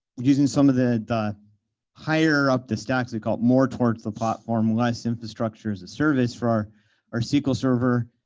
using some of the the higher up the stacks, we call it more towards the platform less infrastructure as a service for our sql server.